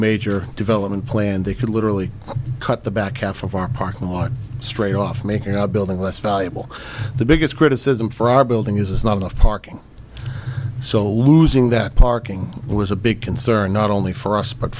major development plan they could literally cut the back half of our parking lot straight off making our building less valuable the biggest criticism for our building is not enough parking so losing that parking was a big concern not only for us but